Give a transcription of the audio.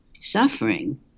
suffering